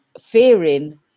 fearing